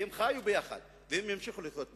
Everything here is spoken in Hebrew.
והם חיו יחד והם ימשיכו לחיות יחד.